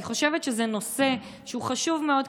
אני חושבת שזה נושא חשוב מאוד,